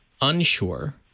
unsure